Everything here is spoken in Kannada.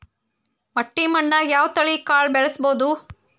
ಮಟ್ಟಿ ಮಣ್ಣಾಗ್, ಯಾವ ತಳಿ ಕಾಳ ಬೆಳ್ಸಬೋದು?